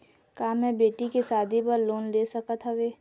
का मैं बेटी के शादी बर लोन ले सकत हावे?